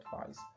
advice